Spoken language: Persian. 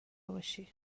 باشی